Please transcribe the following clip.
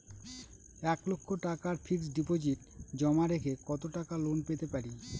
এক লক্ষ টাকার fixed deposit জমা রেখে কত টাকা লোন পেতে পারি?